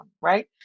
right